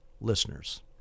listeners